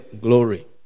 glory